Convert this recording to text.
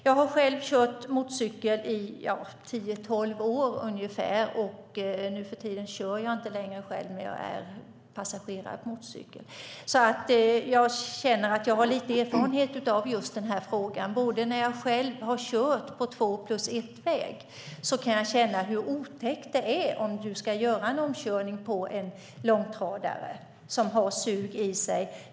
Jag har själv kört motorcykel i tio tolv år. Nu för tiden kör jag inte längre själv men är passagerare på motorcykel. Jag känner att jag har lite erfarenhet av frågan. När jag själv har kört på två-plus-ett-väg har jag känt hur otäckt det är om man ska göra en omkörning av en långtradare som har ett sug i sig.